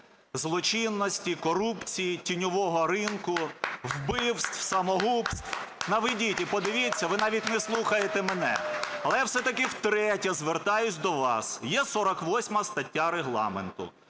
злочинності, корупції, тіньового ринку, вбивств, самогубств. Наведіть і подивіться, ви навіть не слухаєте мене. Але я все-таки втретє звертаюся до вас. Є 48 стаття Регламенту,